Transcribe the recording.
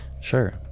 Sure